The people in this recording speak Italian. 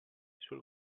sul